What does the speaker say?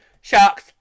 Sharks